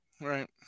Right